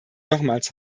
nochmals